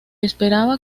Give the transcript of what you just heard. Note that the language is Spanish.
esperaba